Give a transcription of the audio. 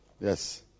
yes